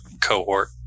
cohort